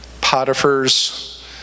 Potiphar's